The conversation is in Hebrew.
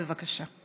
בבקשה,